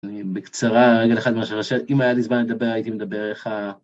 בקצרה, רגע אחד מהשאלה, שאם היה לי זמן לדבר, הייתי מדבר איך ה...